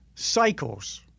cycles